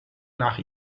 nach